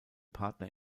partner